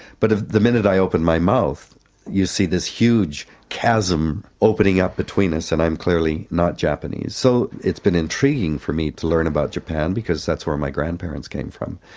but ah the minute i opened my mouth you'd see this huge chasm opening up between us, and i'm clearly not japanese. so it's been intriguing for me to learn about japan, because that's where my grandparents came from.